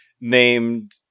named